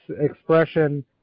expression